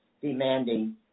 demanding